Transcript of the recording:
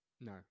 No